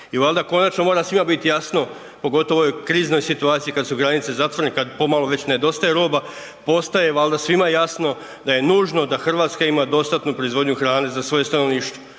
I valjda konačno mora svima biti jasno, pogotovo u ovoj kriznoj situaciji kad su granice zatvorene, kad pomalo već nedostaje roba postaje valjda svima jasno da je nužno da Hrvatska ima dostatnu proizvodnju hrane za svoje stanovništvo.